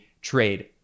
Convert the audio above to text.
trade